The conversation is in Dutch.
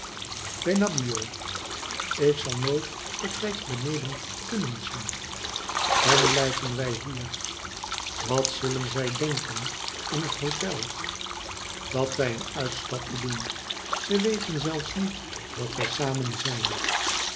benabbio ik zal nooit bij tijds beneden kunnen zijn dan blijven wij hier wat zullen zij denken in het hotel dat wij een uitstapje doen ze weten zelfs niet dat wij samen zijn